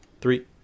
Three